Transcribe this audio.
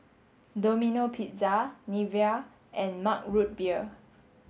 Domino Pizza Nivea and Mug Root Beer